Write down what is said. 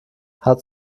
hat